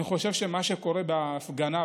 אני חושב שמה שקורה בהפגנה,